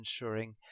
ensuring